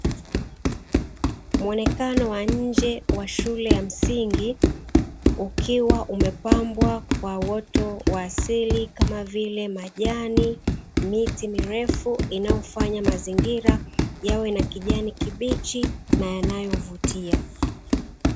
Muonekano wa nje wa shule ya msingi, ukiwa umepambwa kwa uoto wa asili kama vile majani, miti mirefu inayofanya mazingira yawe na kijani kibichi na yanayovutia.